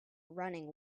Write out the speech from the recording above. running